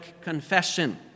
Confession